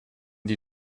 die